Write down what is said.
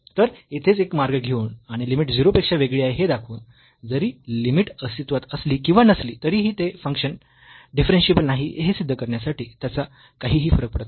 तर येथेच एक मार्ग घेऊन आणि लिमिट 0 पेक्षा वेगळी आहे हे दाखवून जरी लिमिट अस्तित्वात असली किंवा नसली तरीही ते फंक्शन डिफरन्शियेबल नाही हे सिध्द करण्यासाठी त्याचा काहीही फरक पडत नाही